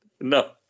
no